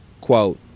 Quote